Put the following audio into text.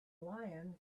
lion